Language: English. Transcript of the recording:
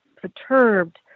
perturbed